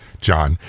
John